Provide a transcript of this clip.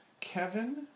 Kevin